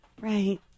Right